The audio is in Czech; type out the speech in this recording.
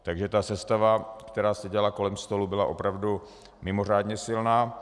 Takže ta sestava, která seděla kolem stolu, byla opravdu mimořádně silná.